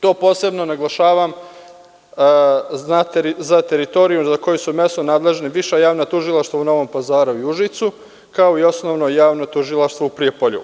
To posebno naglašavam za teritoriju za koje su mesno nadležni Viša javna tužilaštva u Novom Pazaru i Užicu, kao i Osnovno javno tužilaštvo u Prijepolju.